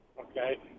Okay